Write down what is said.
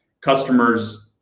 customers